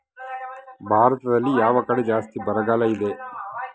ಭಾರತದಲ್ಲಿ ಯಾವ ಕಡೆ ಜಾಸ್ತಿ ಬರಗಾಲ ಇದೆ?